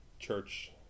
church